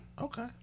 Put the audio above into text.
Okay